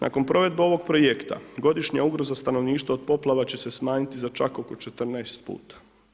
Nakon provedbe ovog projekta godišnja ugroza stanovništva od poplava će se smanjiti za čak oko 14 puta.